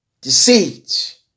deceit